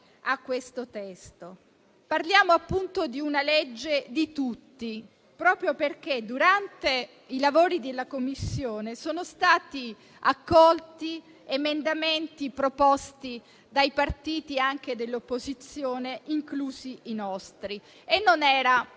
al testo. Parliamo di una legge di tutti proprio perché, durante i lavori della Commissione, sono stati accolti emendamenti proposti dai partiti anche dell'opposizione, inclusi i nostri e non era affatto